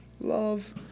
Love